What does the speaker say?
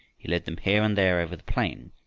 he led them here and there over the plain,